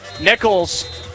Nichols